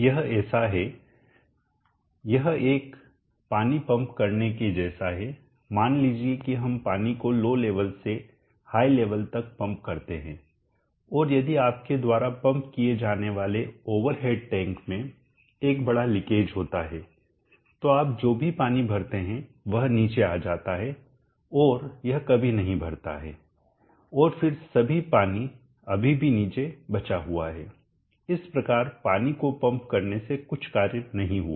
यह ऐसा है यह एक पानी पंप करने के जैसा है मान लीजिए कि हम पानी को लो लेवल से हाई लेवल तक पंप करते है और यदि आपके द्वारा पंप किए जाने वाले ओवर हेड टैंक में एक बड़ा लीकेज होता है तो आप जो भी पानी भरते हैं वह नीचे आ जाता है और यह कभी नहीं भरता है और फिर सभी पानी अभी भी नीचे बचा हुआ है इस प्रकार पानी को पंप करने से कुछ कार्य नहीं हुआ